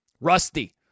Rusty